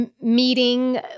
meeting